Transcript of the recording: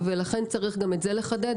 ולכן צריך גם את זה לחדד,